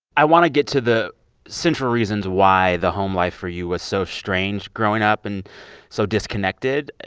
i want to get to the central reasons why the home life for you was so strange growing up and so disconnected.